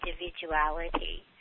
individuality